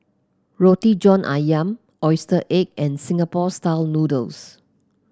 Roti John ayam oyster and Singapore style noodles